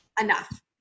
enough